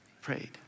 Prayed